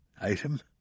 Item